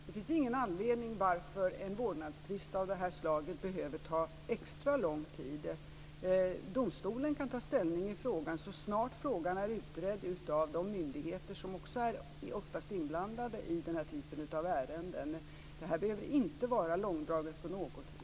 Fru talman! Det finns ingen anledning till att en vårdnadstvist av det här slaget skall behöva ta extra lång tid. Domstolen kan ta ställning i frågan så snart den är utredd av de myndigheter som ofta är inblandade i den här typen av ärenden. Det här behöver inte på något vis vara långdraget.